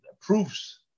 proofs